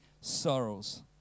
sorrows